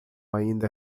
ainda